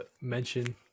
mention